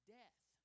death